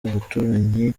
abaturanyi